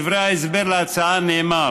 תיקון דומה במהותו לחוק רישוי עסקים,